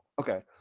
okay